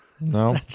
No